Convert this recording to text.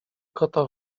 kota